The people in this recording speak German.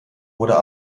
oder